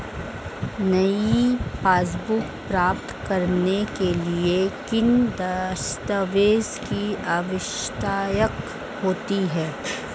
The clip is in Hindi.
नई पासबुक प्राप्त करने के लिए किन दस्तावेज़ों की आवश्यकता होती है?